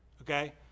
okay